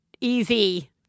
easy